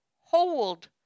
hold